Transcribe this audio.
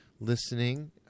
listening